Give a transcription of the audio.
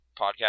podcast